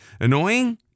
Annoying